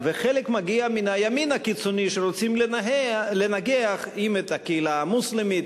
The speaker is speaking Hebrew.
וחלק מגיע מן הימין הקיצוני שרוצים לנגח אם את קהילה המוסלמית,